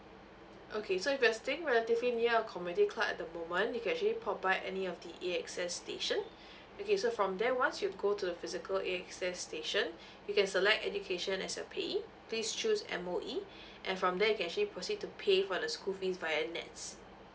okay so if you are staying relatively near a community club at the moment you can actually pop by any of the A_X_S station okay so from there once you go to the physical A_X_S station you can select education as your payee please choose M_O_E and from there you can actually proceed to pay for the school fees via NETS